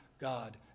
God